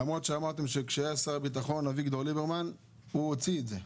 למרות שאמרתם שכשהיה שר הביטחון אביגדור ליברמן הוא הוציא את זה.